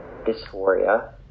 dysphoria